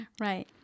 right